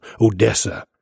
Odessa